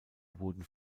wurden